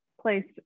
placed